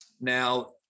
Now